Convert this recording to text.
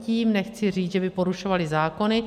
Tím nechci říct, že by porušovaly zákony.